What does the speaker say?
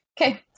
Okay